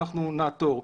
אנחנו נעתור.